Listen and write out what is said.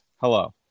hello